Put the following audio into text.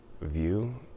view